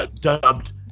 Dubbed